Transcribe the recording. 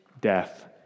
death